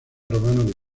romano